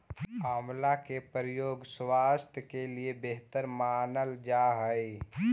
आंवला के प्रयोग स्वास्थ्य के लिए बेहतर मानल जा हइ